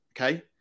Okay